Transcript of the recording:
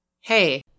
Hey